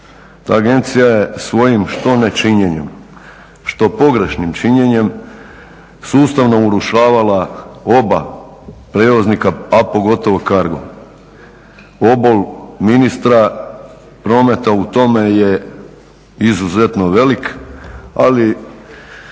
agencija je svojim što ne činjenjem, što pogrešnim činjenjem sustavno urušavala oba prijevoznika, a pogotovo Cargo. Obol ministra prometa u tome je izuzetno velik, ali